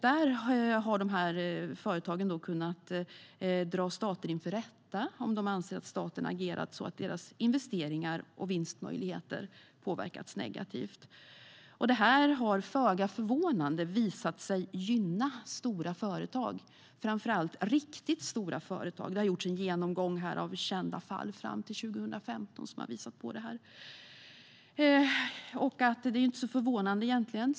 De här företagen har kunnat dra stater inför rätta om de anser att staten agerat så att deras investeringar och vinstmöjligheter påverkats negativt. Det har, föga förvånande, visat sig gynna stora företag, framför allt riktigt stora företag. Det har gjorts en genomgång av kända fall fram till 2015 som har visat på det. Det är egentligen inte så förvånande.